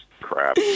crap